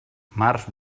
març